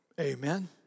Amen